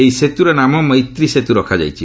ଏହି ସେତୁର ନାମ ମୈତ୍ରୀ ସେତୁ ରଖାଯାଇଛି